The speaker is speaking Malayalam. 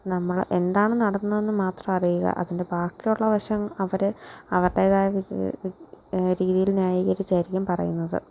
നമ്മൾ എന്താണ് നടന്നതെന്ന് മാത്രം അറിയുക അതിൻ്റെ ബാക്കിയുള്ള വശം അവർ അവരുടേതായ രീതിയിൽ ന്യായീകരിച്ചായിരിക്കും പറയുന്നത്